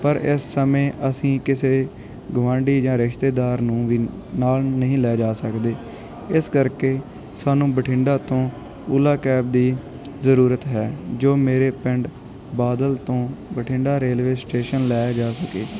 ਪਰ ਇਸ ਸਮੇਂ ਅਸੀਂ ਕਿਸੇ ਗੁਆਂਢੀ ਜਾਂ ਰਿਸ਼ਤੇਦਾਰ ਨੂੰ ਵੀ ਨਾਲ ਨਹੀਂ ਲੈ ਜਾ ਸਕਦੇ ਇਸ ਕਰਕੇ ਸਾਨੂੰ ਬਠਿੰਡਾ ਤੋਂ ਓਲਾ ਕੈਬ ਦੀ ਜ਼ਰੂਰਤ ਹੈ ਜੋ ਮੇਰੇ ਪਿੰਡ ਬਾਦਲ ਤੋਂ ਬਠਿੰਡਾ ਰੇਲਵੇ ਸਟੇਸ਼ਨ ਲੈ ਜਾ ਸਕੇ